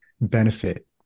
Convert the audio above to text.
benefit